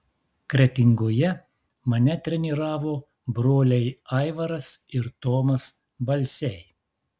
kretingoje mane treniravo broliai aivaras ir tomas balsiai